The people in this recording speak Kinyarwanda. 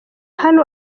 hano